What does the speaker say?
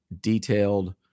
detailed